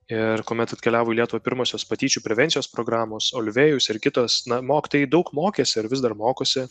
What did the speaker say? ir kuomet atkeliavo į lietuvą pirmosios patyčių prevencijos programos olivėjus ir kitos na mokytojai daug mokėsi ir vis dar mokosi